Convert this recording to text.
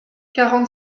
quarante